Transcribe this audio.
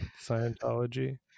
Scientology